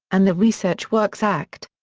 and the research works act.